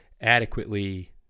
adequately